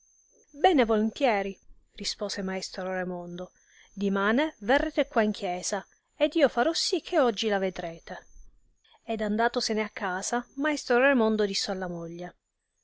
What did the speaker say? bene volentieri rispose maestro raimondo dimane verrete qua in chiesa ed io farò sì che oggi la vedrete ed andatosene a casa maestro raimondo disse alla moglie